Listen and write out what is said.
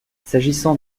s’agissant